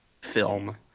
film